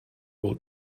will